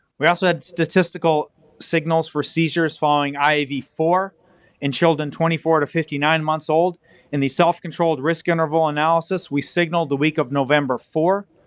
we also had statistical signals for seizures following i v four in children twenty four to fifty nine months old in the self-controlled risk and analysis we signaled the week of november four.